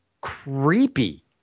creepy